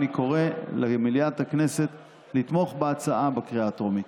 אני קורא למליאת הכנסת לתמוך בהצעה בקריאה הטרומית.